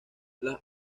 las